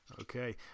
Okay